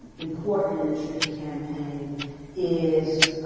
important in the truth campaign is